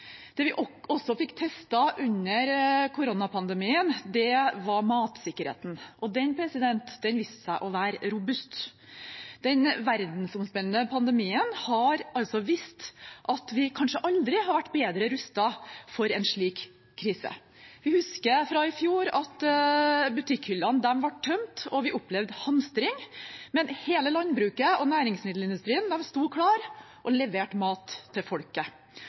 Det vi også fikk testet under koronapandemien, var matsikkerheten. Den viste seg å være robust. Den verdensomspennende pandemien har altså vist at vi kanskje aldri har vært bedre rustet for en slik krise. Vi husker fra i fjor at butikkhyllene ble tømt, og vi opplevde hamstring, men hele landbruket og næringsmiddelindustrien sto klare og leverte mat til folket,